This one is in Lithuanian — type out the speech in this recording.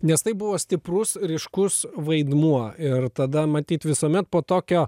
nes tai buvo stiprus ryškus vaidmuo ir tada matyt visuomet po tokio